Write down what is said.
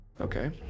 Okay